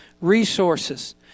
Resources